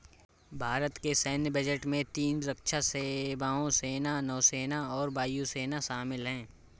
भारत के सैन्य बजट में तीन रक्षा सेवाओं, सेना, नौसेना और वायु सेना शामिल है